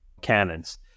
cannons